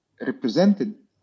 represented